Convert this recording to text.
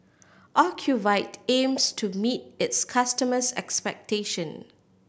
ocuvite aims to meet its customers' expectation